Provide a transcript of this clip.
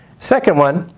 second one,